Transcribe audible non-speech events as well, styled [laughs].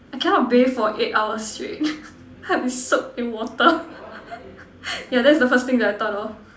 I cannot bathe for eight hours straight [laughs] help in soak in water [laughs] yeah that's the first thing that I thought of